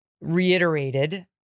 reiterated